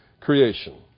creation